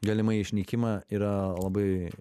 galimai išnykimą yra labai